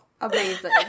Amazing